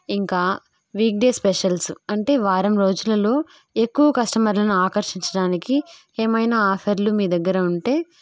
ఇంకా weekday specials అంటే వారం రోజులలో ఎక్కువ కస్టమర్లను ఆకర్షించడానికి ఏమైనా ఆఫర్లు మీ దగ్గర ఉంటే